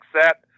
set